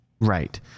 Right